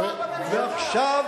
אתה שר בממשלה.